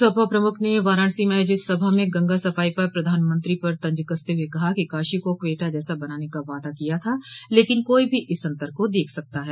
सपा प्रमुख ने वाराणसी में आयोजित सभा में गंगा सफाई पर प्रधानमंत्री पर तंज कसते हुए कहा कि काशी को क्वेटा जैसा बनाने का वादा किया था लेकिन कोई भी इस अन्तर को देख सकता है